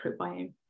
microbiome